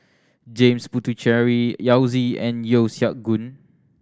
James Puthucheary Yao Zi and Yeo Siak Goon